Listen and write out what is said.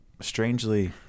strangely